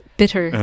bitter